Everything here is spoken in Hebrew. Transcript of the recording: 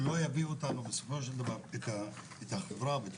שלא יביא בסופו של דבר את החברה או את